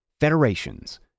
Federations